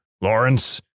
Lawrence